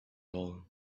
all